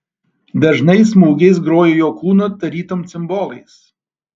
dažnais smūgiais grojo jo kūnu tarytum cimbolais